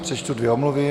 Přečtu dvě omluvy.